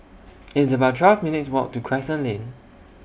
It's about twelve minutes' Walk to Crescent Lane